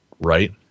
right